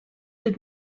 did